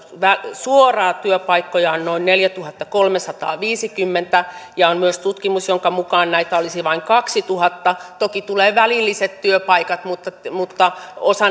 suoraan työpaikkoja on noin neljätuhattakolmesataaviisikymmentä ja on myös tutkimus jonka mukaan näitä olisi vain kaksituhatta toki tulevat välilliset työpaikat mutta mutta osassa